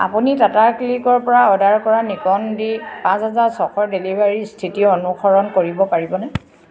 আপুনি টাটা ক্লিকৰ পৰা অৰ্ডাৰ কৰা নিকন ডি পাঁচ হেজাৰ ছয়শ ডেলিভাৰীৰ স্থিতি অনুসৰণ কৰিব পাৰিবনে